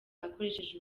akoresheje